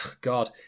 god